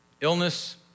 Illness